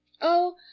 Oh